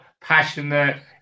passionate